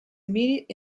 immediate